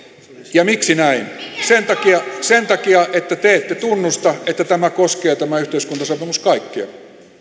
ja miksi näin sen takia sen takia että te ette tunnusta että tämä yhteiskuntasopimus koskee kaikkia